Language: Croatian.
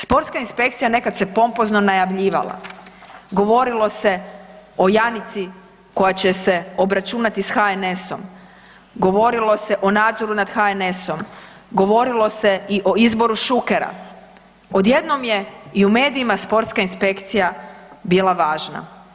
Sportska inspekcija nekad se pompozno najavljivala, govorilo se o Janici koja će se obračunati s HNS-om, govorilo se o nadzoru nad HNS-om, govorilo se i o izboru Šukera, odjednom je i u medijima sportska inspekcija bila važna.